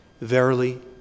Verily